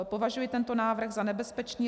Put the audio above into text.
Považuji tento návrh za nebezpečný.